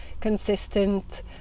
consistent